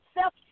self